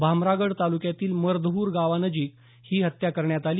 भामरागड तालुक्यातील मर्दहर गावानजीक ही हत्या करण्यात आली